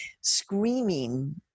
screaming